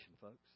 folks